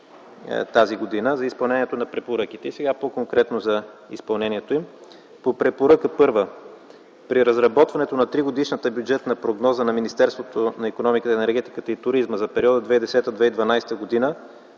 т.г. за изпълнението на препоръките. Сега по-конкретно за изпълнението им. По препоръка първа. При разработването на тригодишната бюджетна прогноза на Министерството на икономиката, енергетиката и туризма за периода 2010-2012 г.